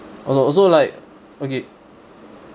also also like okay